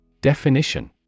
Definition